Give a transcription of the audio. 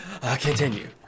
Continue